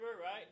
right